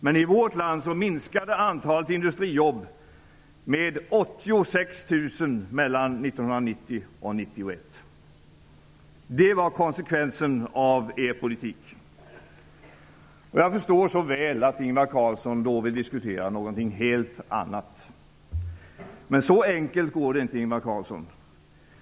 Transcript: Men i vårt land minskade antalet industrijobb med 86 000 mellan 1990 och 1991. Det var konsekvensen av er politik. Jag förstår så väl att Ingvar Carlsson då vill diskutera någonting helt annat. Men så enkelt går det inte.